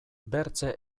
bertze